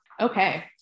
Okay